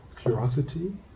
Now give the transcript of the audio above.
curiosity